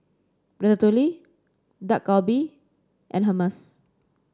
Ratatouille Dak Galbi and Hummus